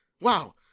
Wow